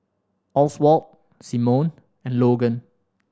Oswald Simone and Logan